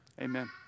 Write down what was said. amen